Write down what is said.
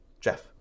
Jeff